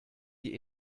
die